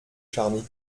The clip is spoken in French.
charny